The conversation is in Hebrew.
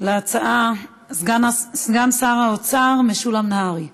על ההצעה סגן שר האוצר משולם נהרי.